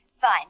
Fine